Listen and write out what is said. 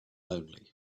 only